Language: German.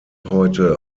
heute